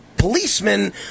policemen